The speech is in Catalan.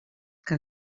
que